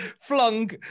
flung